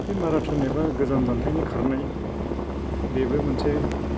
बे माराथ'न एबा गोजान जानथायनि खारनाय बेबो मोनसे